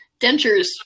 dentures